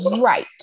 right